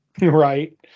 Right